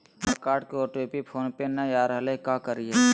हमर कार्ड के OTP phone पे नई आ रहलई हई, का करयई?